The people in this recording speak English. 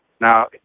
Now